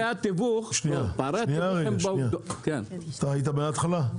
פערי התיווך הם --- אתה היית מהתחלה?